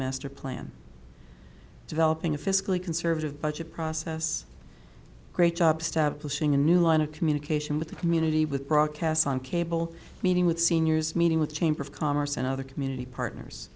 master plan developing a fiscally conservative budget process great job step pushing a new line of communication with the community with broadcasts on cable meeting with seniors meeting with the chamber of commerce and other community partners